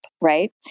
right